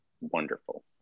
wonderful